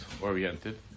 oriented